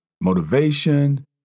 motivation